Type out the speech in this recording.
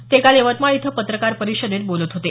ते काल यवतमाळ इथं पत्रकार परिषदेत बोलत होते